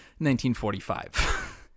1945